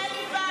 13 מיליארד,